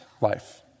life